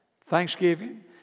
Thanksgiving